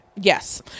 Yes